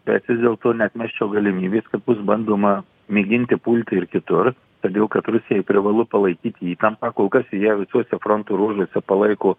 bet vis dėlto neatmesčiau galimybės kad bus bandoma mėginti pulti ir kitur todėl kad rusijai privalu palaikyti įtampą kol kas ji ją visuose fronto ruožuose palaiko